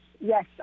yes